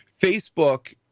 Facebook